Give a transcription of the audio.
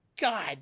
God